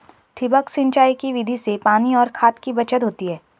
ठिबक सिंचाई की विधि से पानी और खाद की बचत होती है